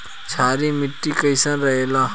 क्षारीय मिट्टी कईसन रहेला?